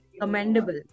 commendable